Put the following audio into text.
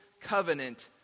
covenant